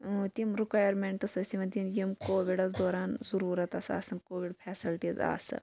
تِم رُکیرمیٚنٹٕس ٲسۍ یِوان دِنہٕ یِم کووِڈَس دوران ضروٗرت أسۍ آسان کووِڈ فیسلٹیٖز آسہٕ